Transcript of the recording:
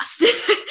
lost